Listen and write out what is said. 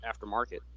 aftermarket